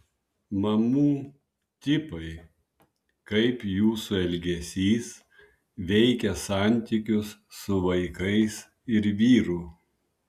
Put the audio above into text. mamų tipai kaip jūsų elgesys veikia santykius su vaikais ir vyru